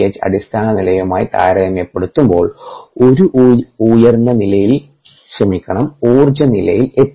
H അടിസ്ഥാന നിലയുമായി താരതമ്യപ്പെടുത്തുമ്പോൾ ഒരു ഉയർന്ന നിലയിൽ ക്ഷമിക്കണം ഊർജ്ജ നിലയിൽ എത്തി